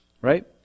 right